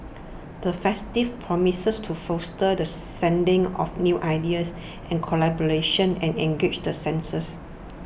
the festival promises to foster the seeding of new ideas and collaborations and engage the senses